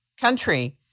country